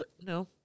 No